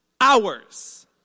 hours